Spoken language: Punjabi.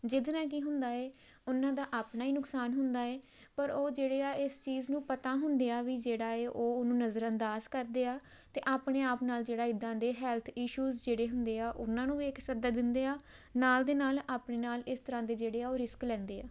ਜਿਹਦੇ ਨਾਲ ਕੀ ਹੁੰਦਾ ਹੈ ਉਹਨਾਂ ਦਾ ਆਪਣਾ ਹੀ ਨੁਕਸਾਨ ਹੁੰਦਾ ਹੈ ਪਰ ਉਹ ਜਿਹੜੇ ਆ ਇਸ ਚੀਜ਼ ਨੂੰ ਪਤਾ ਹੁੰਦਿਆਂ ਵੀ ਜਿਹੜਾ ਹੈ ਉਹ ਉਹਨੂੰ ਨਜ਼ਰ ਅੰਦਾਜ਼ ਕਰਦੇ ਆ ਅਤੇ ਆਪਣੇ ਆਪ ਨਾਲ ਜਿਹੜਾ ਇੱਦਾਂ ਦੇ ਹੈਲਥ ਇਸ਼ੂਜ ਜਿਹੜੇ ਹੁੰਦੇ ਆ ਉਹਨਾਂ ਨੂੰ ਵੀ ਇੱਕ ਸੱਦਾ ਦਿੰਦੇ ਹਾਂ ਨਾਲ ਦੇ ਨਾਲ ਆਪਣੀ ਨਾਲ ਇਸ ਤਰ੍ਹਾਂ ਦੇ ਜਿਹੜੇ ਆ ਉਹ ਰਿਸਕ ਲੈਂਦੇ ਹਾਂ